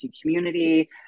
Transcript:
community